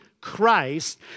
Christ